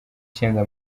cyenda